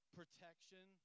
protection